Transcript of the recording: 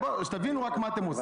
רק תבינו מה אתם עושים.